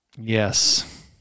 Yes